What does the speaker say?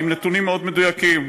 עם נתונים מאוד מדויקים,